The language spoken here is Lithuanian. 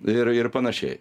ir ir panašiai